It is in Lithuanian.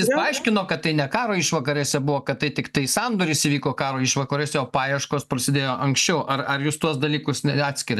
jis paaiškino kad tai ne karo išvakarėse buvo kad tai tiktai sandoris įvyko karo išvakarėse o paieškos prasidėjo anksčiau ar ar jūs tuos dalykus atskiriat